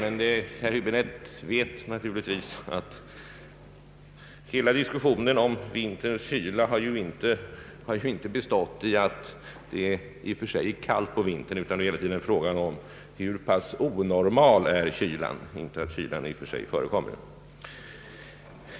Men herr Häiäbinette vet naturligtvis att hela diskussionen om vinterns kyla inte har bestått i att konstatera att det i och för sig är kallt om vintern, utan frågan har gällt hur pass onormal kylan är.